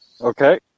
Okay